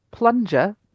Plunger